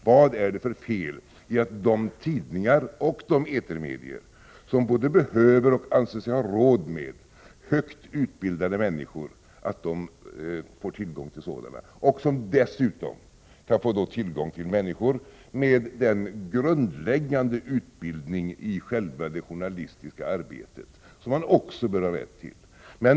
Vad är det för fel i att de tidningar och de etermedier som både behöver och anser sig ha råd med högt utbildade människor får tillgång till sådana och dessutom får tillgång till människor med den grundläggande utbildning i själva det journalistiska arbetet som man också bör ha rätt till?